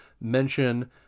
mention